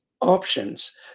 options